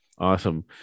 Awesome